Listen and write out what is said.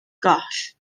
goll